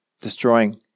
destroying